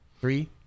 Three